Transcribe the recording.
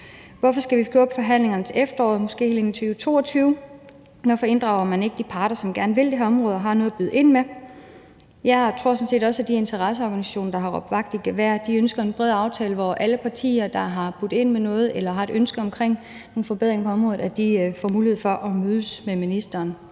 Hvorfor skal vi skubbe forhandlingerne til efteråret og måske helt ind i 2022? Hvorfor inddrager man ikke de parter, som gerne vil det her område og har noget at byde ind med? Jeg tror sådan set også, at de interesseorganisationer, der har råbt vagt i gevær, ønsker en bred aftale, hvor alle partier, der har budt ind med noget eller har et ønske om en forbedring på området, får mulighed for at mødes med ministeren.